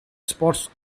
spots